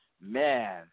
Man